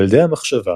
ילדי המחשבה